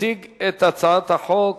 הצעת החוק